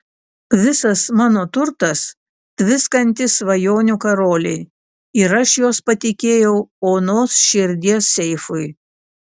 visas mano turtas tviskantys svajonių karoliai ir aš juos patikėjau onos širdies seifui